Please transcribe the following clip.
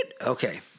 Okay